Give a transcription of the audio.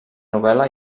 novel·la